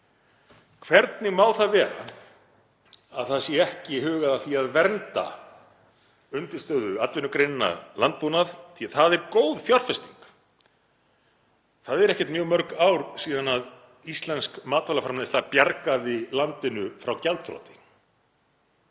hvernig má það vera að það sé ekki hugað að því að vernda undirstöðuatvinnugreinina landbúnað? Því það er góð fjárfesting. Það eru ekkert mjög mörg ár síðan íslensk matvælaframleiðsla bjargaði landinu frá gjaldþroti.